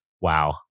Wow